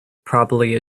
probably